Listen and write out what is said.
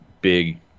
big